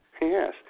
Yes